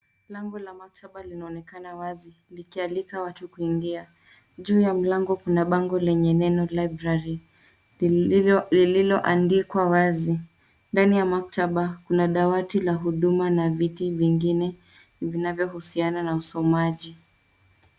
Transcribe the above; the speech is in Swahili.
Lango la maktaba linaonekana wazi likialika watu kuingia. Juu ya mlango kuna bango lenye neno library lililoandikwa wazi. Ndani ya maktaba kuna dawati la huduma na viti vingine vinavyohusiana na usomaji.